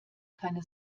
keine